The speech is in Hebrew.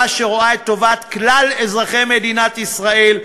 שרואה את טובת כלל אזרחי מדינת ישראל,